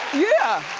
yeah.